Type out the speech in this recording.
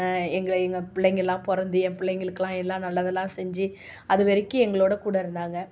எங்கள் எங்கள் பிள்ளைங்கள்லாம் பிறந்து என் பிள்ளைங்களுக்குல்லாம் எல்லா நல்லதெல்லாம் செஞ்சு அது வரைக்கும் எங்களோட கூட இருந்தாங்க